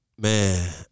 man